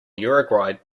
uruguay